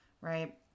right